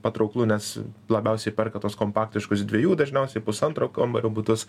patrauklu nes labiausiai perka tuos kompaktiškus dviejų dažniausiai pusantro kambario butus